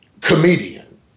comedian